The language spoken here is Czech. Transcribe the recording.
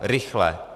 Rychle.